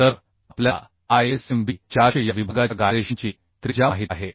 तर आपल्याला ISMB 400 या विभागाच्या गायरेशनची त्रिज्या माहित आहे